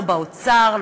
לא באוצר,